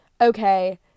okay